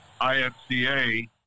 IFCA